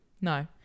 No